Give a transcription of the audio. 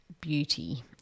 beauty